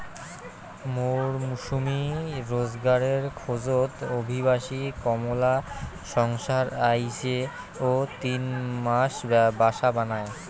মরসুমী রোজগারের খোঁজত অভিবাসী কামলা সংসার আইসে ও তিন মাস বাসা বানায়